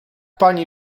pani